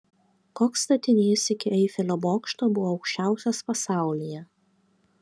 koks statinys iki eifelio bokšto buvo aukščiausias pasaulyje